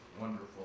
wonderful